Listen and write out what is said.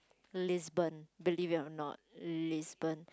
Lisbon believe it or not Lisbon